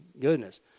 goodness